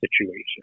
situation